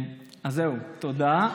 אז זהו, תודה.